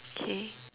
K